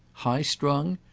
high-strung?